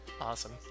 awesome